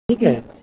ठीक है